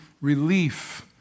relief